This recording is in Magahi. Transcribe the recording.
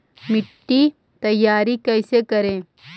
मिट्टी तैयारी कैसे करें?